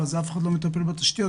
אבל אף אחד לא מטפל בתשתיות.